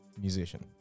Musician